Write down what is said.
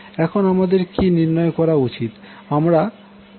এখন আমাদের কী নির্ণয় করা উচিত